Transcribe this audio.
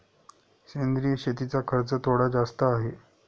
सेंद्रिय शेतीचा खर्च थोडा जास्त आहे